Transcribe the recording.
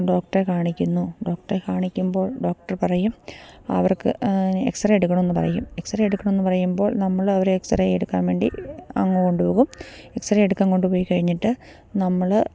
ഡോക്ടറെ കാണിക്കുന്നു ഡോക്ടറെ കാണിക്കുമ്പോൾ ഡോക്ടർ പറയും അവർക്ക് എക്സ് റേ എടുക്കണമെന്ന് പറയും എക്സ് റേ എടുക്കണമെന്ന് പറയുമ്പോൾ നമ്മളവരെ എക്സ് റേ എടുക്കാൻ വേണ്ടി അങ്ങ് കൊണ്ടുപോകും എക്സ് റേ എടുക്കാൻ കൊണ്ടുപോയി കഴിഞ്ഞിട്ട് നമ്മള്